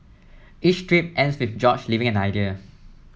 each strip ends with George leaving an idea